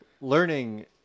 learning